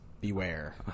beware